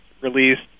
released